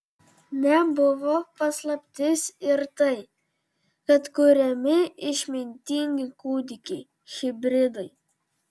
nebuvo paslaptis ir tai kad kuriami išmintingi kūdikiai hibridai